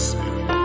Spirit